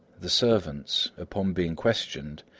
the servants, upon being questioned,